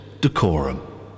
Decorum